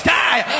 die